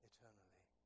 Eternally